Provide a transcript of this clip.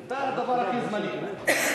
אתה הדבר הכי זמני פה.